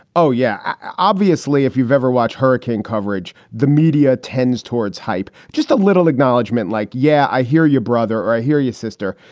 oh, yeah. obviously, if you've ever watched hurricane coverage, the. media tends towards hype, just a little acknowledgement like, yeah, i hear your brother or i hear your sister.